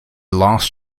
last